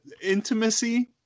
intimacy